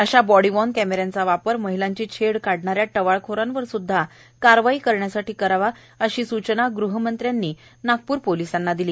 अशा body worn कॅमेऱ्याचा वापर महिलांची छेड काढणाऱ्या टवाळखोरांवर स्द्धा कारवाई करण्यासाठी करावा अशी सूचना ग़हमंत्री यांनी नागपूर पोलिसांना दिली